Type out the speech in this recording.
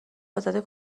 ازاده